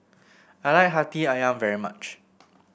I like Hati ayam very much